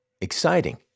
exciting